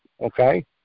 okay